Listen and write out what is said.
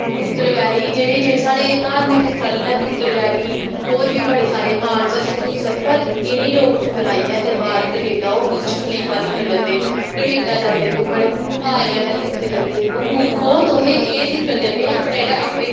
उत्तरवैनी जेद्ड़े जेह्ड़े साढ़े धार्मिक स्थल नै उत्तरवैनी होर बी बड़े सारे मानसर सरुंईसर पर इनेंई लोग ठुकराईयै ते बाह्र कनेडा ओ बुर्ज खलीफा दिक्खन जंदे कनेडा जांदे घूमन ताज़ मैह्ल दिक्खन जंदे ओ मूर्खो तुस एह् दिक्खन जन्ने अपना जेह्ड़ा अपना